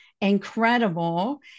incredible